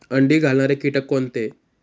अंडी घालणारे किटक कोणते?